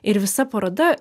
ir visa paroda